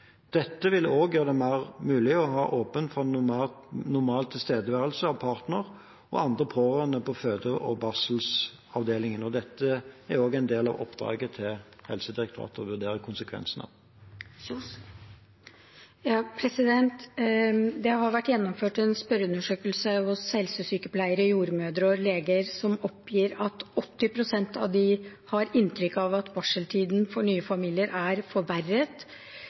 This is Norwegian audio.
Dette vil også gjøre det mulig å ha åpent for mer normal tilstedeværelse av partner og andre pårørende på føde- og barselavdelingene. Dette er også en del av oppdraget til Helsedirektoratet å vurdere konsekvensene av. Det har vært gjennomført en spørreundersøkelse blant helsesykepleiere, jordmødre og leger, der 80 pst. oppgir at de har inntrykk av at barseltiden for nye familier er forverret